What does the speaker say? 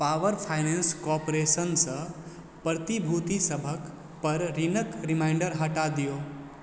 power finance corporation सँ प्रतिभूति सबपर ऋणक रिमाइण्डर हटा दियौ